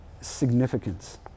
significance